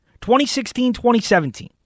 2016-2017